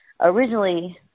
originally